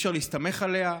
אי-אפשר להסתמך עליה.